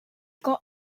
got